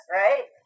right